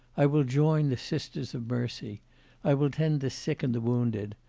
i will join the sisters of mercy i will tend the sick and the wounded.